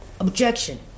Objection